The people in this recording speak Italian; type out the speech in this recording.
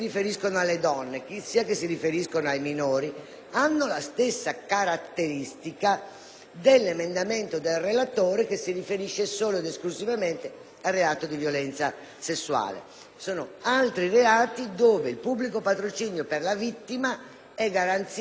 dell'emendamento del relatore, che si riferisce solo ed esclusivamente al reato di violenza sessuale. Vi sono altri reati in cui il pubblico patrocinio per la vittima è garanzia non solo di possibilità economiche, ovviamente, e quindi diritto